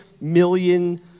million